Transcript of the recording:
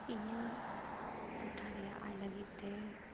ᱤᱧᱟᱹᱜ ᱴᱚᱴᱷᱟ ᱨᱮᱭᱟᱜ ᱟᱭ ᱞᱟᱹᱜᱤᱫ ᱛᱮ